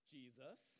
Jesus